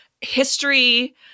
history